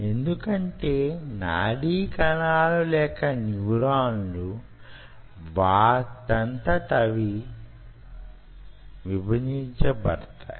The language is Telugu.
ఎందుకంటే నాడీ కణాలు లేక న్యూరాన్లు వాటంతట అవే విభజింపబడతాయి